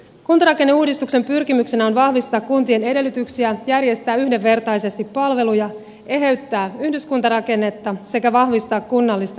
kuntarakenneuudistuksen pyrkimyksenä on vahvistaa kuntien edellytyksiä järjestää yhdenvertaisesti palveluja eheyttää yhdyskuntarakennetta sekä vahvistaa kunnallista itsehallintoa